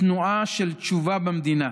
תנועה של תשובה במדינה,